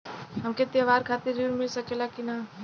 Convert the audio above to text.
हमके त्योहार खातिर त्रण मिल सकला कि ना?